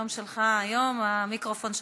היום המיקרופון שלך.